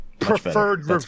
Preferred